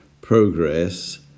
progress